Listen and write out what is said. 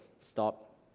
stop